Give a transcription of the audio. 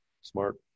smart